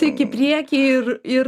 tik į priekį ir ir